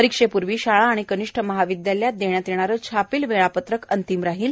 परीक्षेपूर्वी शाळा आणि कनिष्ठ महाविदयालयात देण्यात येणारे छापील वेळापत्रक अंतिम राहील